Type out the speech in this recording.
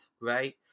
right